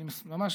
אני ממש